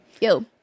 Yo